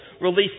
released